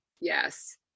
yes